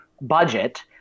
budget